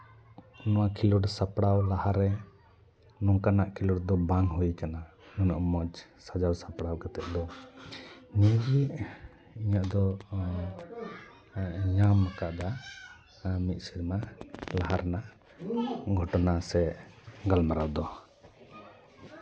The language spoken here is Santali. ᱱᱚᱣᱟ ᱠᱷᱮᱞᱳᱰ ᱥᱟᱯᱲᱟᱣ ᱞᱟᱦᱟᱨᱮ ᱱᱚᱝᱠᱟᱱᱟᱜ ᱠᱷᱮᱞᱳᱰ ᱫᱚ ᱵᱟᱝ ᱦᱩᱭ ᱟᱠᱟᱱᱟ ᱩᱱᱟᱹᱜ ᱢᱚᱡᱽ ᱥᱟᱡᱟᱣ ᱥᱟᱯᱲᱟᱣ ᱠᱟᱛᱮ ᱫᱚ ᱱᱤᱭᱟᱹ ᱜᱮ ᱤᱧᱟᱹᱜ ᱫᱚ ᱧᱟᱢ ᱠᱟᱫᱟ ᱟᱨ ᱢᱤᱫ ᱥᱮᱨᱢᱟ ᱞᱟᱦᱟ ᱨᱮᱭᱟᱜ ᱜᱷᱚᱴᱚᱱᱟ ᱥᱮ ᱜᱟᱞᱢᱟᱨᱟᱣ ᱫᱚ